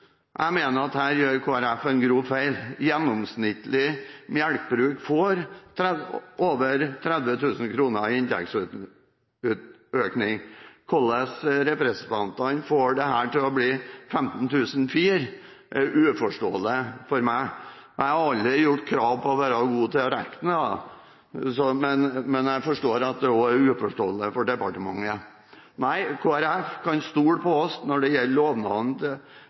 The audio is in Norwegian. Jeg mener at her gjør Kristelig Folkeparti en grov feil. Et gjennomsnittlig melkebruk får over 30 000 kr i inntektsøkning. Hvordan representanten får dette til å bli 15 600 kr, er uforståelig for meg. Jeg har aldri gjort krav på å være god til å regne, men jeg forstår at det også er uforståelig for departementet. Nei, Kristelig Folkeparti kan stole på oss når det gjelder